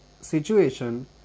situation